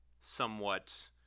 somewhat